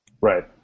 Right